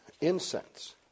incense